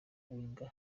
wenger